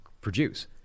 produce